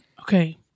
Okay